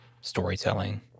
storytelling